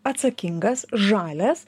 atsakingas žalias